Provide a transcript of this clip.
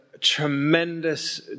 tremendous